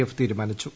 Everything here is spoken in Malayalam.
എഫ് തീരുമാനിച്ചു